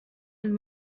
and